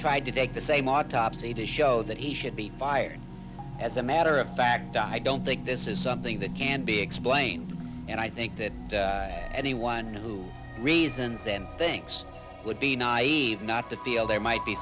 tried to take the same autopsy to show that he should be fired as a matter of fact i don't think this is something that can be explained and i think that anyone who reasons and thinks would be naive not the feel there might be